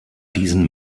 diesen